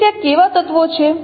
તેથી ત્યાં કેવા તત્વો છે